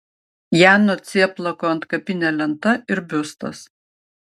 jano cieplako antkapinė lenta ir biustas